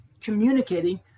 communicating